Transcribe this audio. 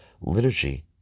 liturgy